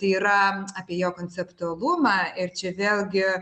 tai yra apie jo konceptualumą ir čia vėlgi